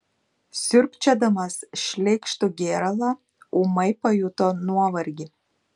siurbčiodamas šleikštų gėralą ūmai pajuto nuovargį